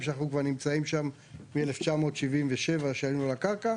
שאנחנו נמצאים שם מ- 1977 שעלינו על הקרקע,